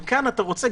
כאן אתה רוצה,